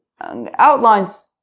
outlines